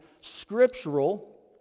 scriptural